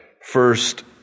first